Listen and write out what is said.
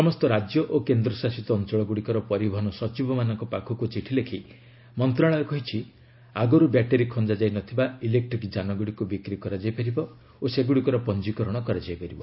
ସମସ୍ତ ରାଜ୍ୟ ଓ କେନ୍ଦ୍ରଶାସିତ ଅଞ୍ଚଳଗୁଡ଼ିକର ପରିବହନ ସଚିବମାନଙ୍କ ପାଖକୁ ଚିଠି ଲେଖି ମନ୍ତ୍ରଣାଳୟ କହିଛି ଆଗରୁ ବ୍ୟାଟେରି ଖଞ୍ଜାଯାଇ ନଥିବା ଇଲେକ୍ଟ୍ରିକ୍ ଯାନଗୁଡ଼ିକୁ ବିକ୍ରି କରାଯାଇ ପାରିବ ଓ ସେଗୁଡ଼ିକର ପଞ୍ଜିକରଣ କରାଯାଇ ପାରିବ